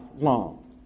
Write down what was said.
long